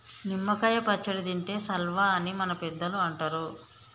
నిమ్మ కాయ పచ్చడి తింటే సల్వా అని మన పెద్దలు అంటరు